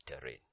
terrain